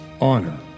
honor